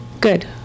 Good